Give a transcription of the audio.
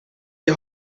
die